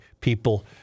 people